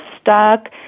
stuck